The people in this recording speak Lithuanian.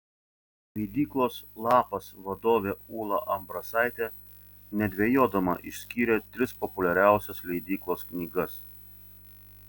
leidyklos lapas vadovė ūla ambrasaitė nedvejodama išskyrė tris populiariausias leidyklos knygas